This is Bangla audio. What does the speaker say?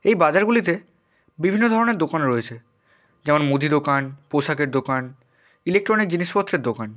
এই বাজারগুলিতে বিভিন্ন ধরনের দোকান রয়েছে যেমন মুদি দোকান পোশাকের দোকান ইলেকট্রনিক জিনিসপত্রের দোকান